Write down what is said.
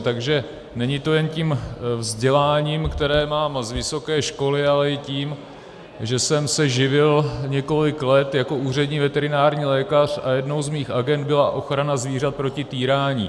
Takže není to jen tím vzděláním, které mám z vysoké školy, ale i tím, že jsem se živil několik let jako úřední veterinární lékař a jednou z mých agend byla ochrana zvířat proti týrání.